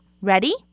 ready